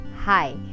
Hi